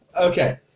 Okay